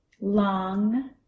Long